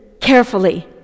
carefully